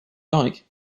like